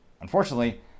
unfortunately